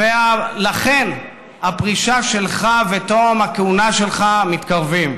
ולכן הפרישה שלך ותום הכהונה שלך מתקרבים,